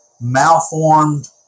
malformed